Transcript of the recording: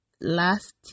last